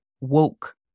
woke